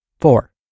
Four